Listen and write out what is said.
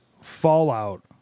fallout